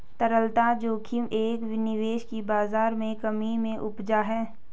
तरलता जोखिम एक निवेश की बाज़ार में कमी से उपजा है